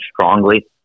strongly